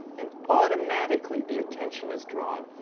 and automatically the attention is drawn.